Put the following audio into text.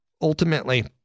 ultimately